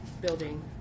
building